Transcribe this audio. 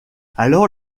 alors